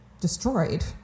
destroyed